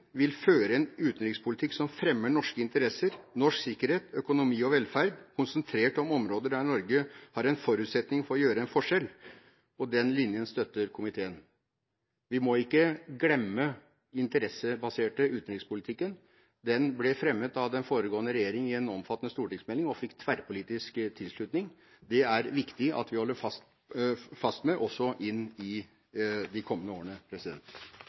vil føre en utenrikspolitikk som fremmer norske interesser, norsk sikkerhet, økonomi og velferd, konsentrert om områder der Norge har en forutsetning for å gjøre en forskjell.» Den linjen støtter komiteen. Vi må ikke glemme den interessebaserte utenrikspolitikken. Den ble fremmet av den foregående regjering i en omfattende stortingsmelding som fikk tverrpolitisk tilslutning. Det er det viktig at vi holder fast ved også i de kommende årene.